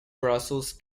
brussels